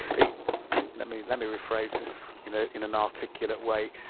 let me let me rephrase this in ah in an articulate way.